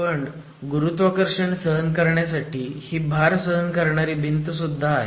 पण गुरुत्वाकर्षण सहन करण्यासाठी ही भार सहन करणारी भिंत सुद्धा आहे